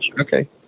Okay